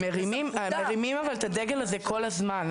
הם מרימים את הדגל הזה כל הזמן.